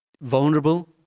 vulnerable